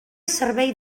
servei